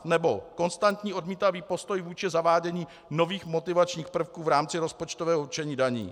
Nebo konstantní odmítavý postoj vůči zavádění nových motivačních prvků v rámci rozpočtového určení daní.